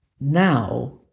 now